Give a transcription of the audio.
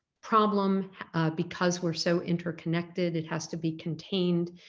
problem because we're so interconnected it has to be contained,